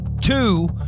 Two